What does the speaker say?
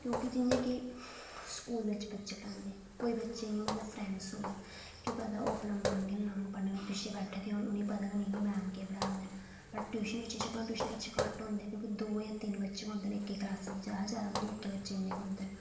क्योंकि जि'यां कि स्कूल बिच बच्चें गी पढ़ांदे कोई बच्चे इयां मतलब फ्रैंक होन केह् पता ओह् मन निं लान ते पिच्छें बैठे दे ते उ'नें गी पता गै नेईं की मैम केह् पढ़ा दे न बट ट्यूशन बिच जेह्के बच्चे घट्ट होंदे दो जां तिन्न होंदे जैदा कशा जैदा इन्ने गै होंदे न